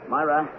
Myra